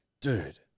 Dude